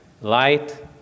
light